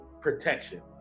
protection